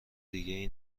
دیگهای